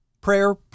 prayer